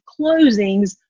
closings